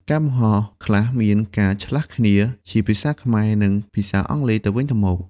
ការបង្ហោះខ្លះមានការឆ្លាស់គ្នាជាភាសាខ្មែរ និងភាសាអង់គ្លេសទៅវិញទៅមក។